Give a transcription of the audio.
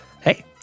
hey